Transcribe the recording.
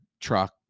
truck